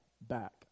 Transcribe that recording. back